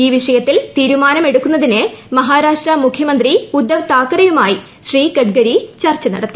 ഈ വിഷയത്തിൽ തീരുമാനം എടുക്കുന്നതിന് മഹാരാഷ്ട്ര മുഖ്യമന്ത്രി ഉദ്ധവ് താക്കറെയുമായും ശ്രീ ഗഡ്കരി ചർച്ച് നടത്തി